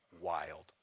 wild